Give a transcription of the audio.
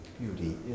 beauty